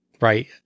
right